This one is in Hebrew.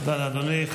תודה לאדוני.